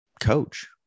Coach